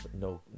no